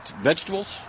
Vegetables